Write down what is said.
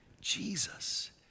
Jesus